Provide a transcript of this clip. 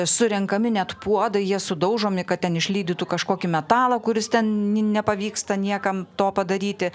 surenkami net puodai jie sudaužomi kad ten išlydytų kažkokį metalą kuris ten ni nepavyksta niekam to padaryti